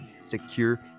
secure